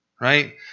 right